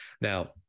Now